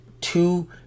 two